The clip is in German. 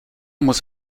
muss